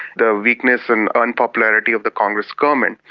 the weakness and unpopularity of the congress government,